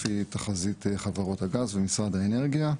לפי תחזית חברות הגז ומשרד האנרגיה.